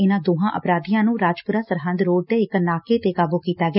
ਇਨੂਾ ਦੋਹਾ ਅਪਰਾਧੀਆਂ ਨੂ ਰਾਜਪੁਰਾ ਸਰਹਿਦ ਰੋਡ ਤੇ ਇਕ ਨਾਕੇ ਤੇ ਕਾਬੂ ਕੀਤਾ ਗਿਆ